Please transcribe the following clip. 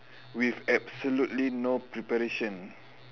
with absolutely no preparation